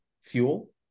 fuel